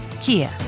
Kia